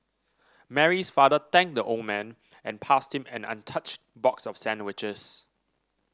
Mary's father thanked the old man and passed him an untouched box of sandwiches